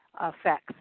effects